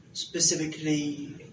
specifically